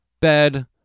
bed